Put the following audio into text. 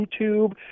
YouTube